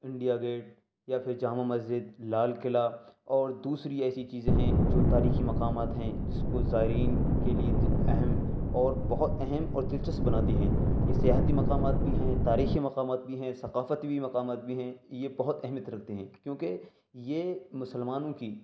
India Gate یا پھر جامع مسجد لال قلعہ اور دوسری ایسی چیزیں ہیں جو تاریخی مقامات ہیں جس کو زائرین کے لیے اہم اور بہت اہم اور دلچسپ بناتی ہیں یہ سیاحتی مقامات بھی ہیں تاریخی مقامات بھی ہیں ثقافتی بھی مقامات بھی ہیں یہ بہت اہمیت رکھتے ہیں کیونکہ یہ مسلمانوں کی